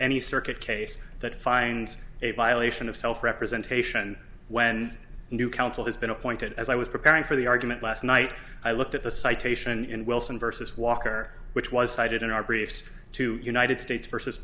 any circuit case that finds a violation of self representation when new counsel has been appointed as i was preparing for the argument last night i looked at the citation in wilson versus walker which was cited in our briefs two united states versus